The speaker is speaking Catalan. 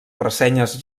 ressenyes